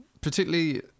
particularly